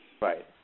Right